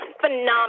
phenomenal